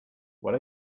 what